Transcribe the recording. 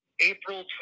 April